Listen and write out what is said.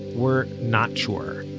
we're not sure.